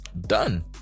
done